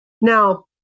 Now